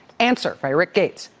answer by rick gates,